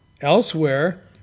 elsewhere